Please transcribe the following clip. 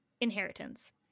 inheritance